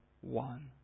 one